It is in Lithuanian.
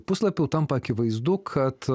puslapių tampa akivaizdu kad